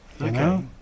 Okay